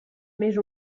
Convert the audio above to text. més